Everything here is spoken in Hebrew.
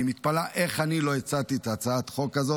אני מתפלאת איך אני לא הצעתי את הצעת החוק הזאת,